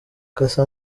cassa